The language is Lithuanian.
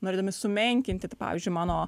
norėdami sumenkinti tai pavyzdžiui mano